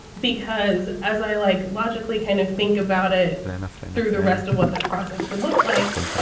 because as i like logically kind of think about it through the rest of what that process could look like.